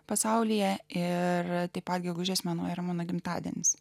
pasaulyje ir tipą gegužės mėnuo ir mano gimtadienis